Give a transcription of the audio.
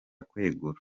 kwegura